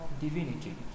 divinity